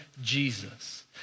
Jesus